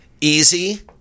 Easy